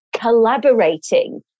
collaborating